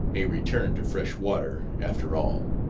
a return to fresh water, after all!